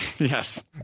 Yes